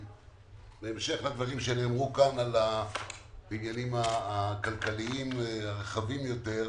בהמשך לדברים שנאמרו כאן על העניינים הכלכליים הרחבים יותר,